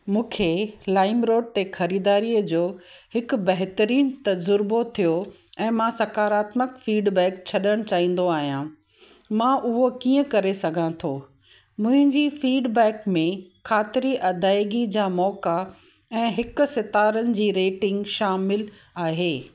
मूंखे LimeRoad ते ख़रीदारीअ जो हिकु बहितरीनु तज़ुर्बो थियो ऐं मां सकारात्मक फीडबैक छॾण चाहिंदो आहियां मां उहो कीअं करे सघां थो मुंहिंजी फीडबैक में ख़ातिरी अदायगी जा मौक़ा ऐं हिकु सितारनि जी रेटिंग शामिलु आहे